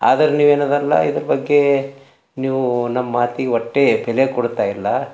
ಆದ್ರೆ ನೀವು ಏನದರ್ಲ ಇದ್ರ ಬಗ್ಗೆ ನೀವು ನಮ್ಮ ಮಾತಿಗೆ ಒಟ್ಟೆ ಬೆಲೆ ಕೊಡ್ತಾಯಿಲ್ಲ